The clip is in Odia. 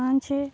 ପାଞ୍ଚ